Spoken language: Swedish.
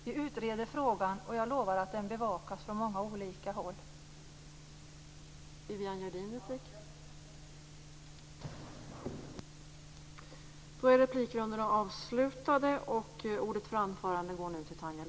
Vi utreder frågan, och jag lovar att den bevakas från många olika håll.